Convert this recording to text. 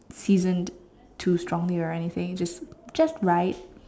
seasoned too strongly or anything just just right